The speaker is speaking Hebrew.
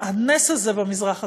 הנס הזה במזרח התיכון.